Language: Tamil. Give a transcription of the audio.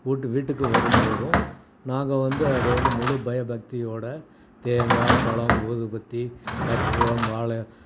ஊட்டு கீட்டுக்கு வரும்போதும் நாங்கள் வந்து அத வந்து முழு பய பக்தியோடு தேங்காய் பழம் ஊதுபத்தி கற்பூரம் வாழை